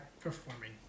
performing